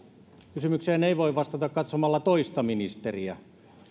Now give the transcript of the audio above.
kysymykseen ei voi vastata katsomalla toista ministeriä